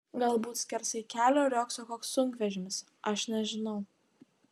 galbūt skersai kelio riogso koks sunkvežimis aš nežinau